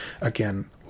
Again